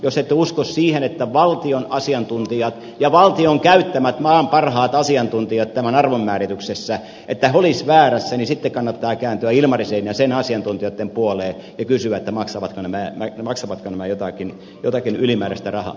jos uskotte että valtion asiantuntijat valtion käyttämät maan parhaat asiantuntijat tässä arvonmäärityksessä olisivat väärässä niin sitten kannattaa kääntyä ilmarisen ja sen asiantuntijoitten puoleen ja kysyä maksavatko nämä jotakin ylimääräistä rahaa